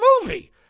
movie